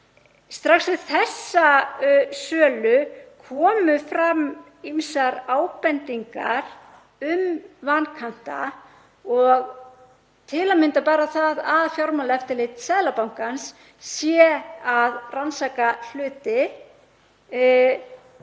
Strax við þessa sölu komu fram ýmsar ábendingar um vankanta. Til að mynda það að Fjármálaeftirlit Seðlabankans sé að rannsaka hluti